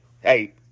hey